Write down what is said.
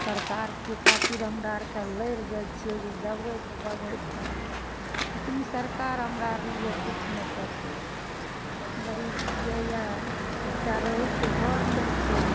सरकारके खातिर हमरा आरके लैरि जाइ छियै जे दबै तऽ दबै भोट लेकिन सरकार हमरा आर लिए किछु नहि सोचै गरीब छियैये एकटा रहैके घर नहि छै